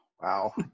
wow